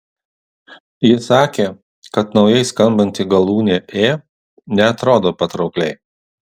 ji sakė kad naujai skambanti galūnė ė neatrodo patraukliai